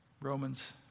Romans